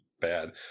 bad